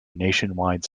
nationwide